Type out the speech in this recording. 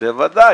בוודאי.